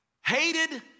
hated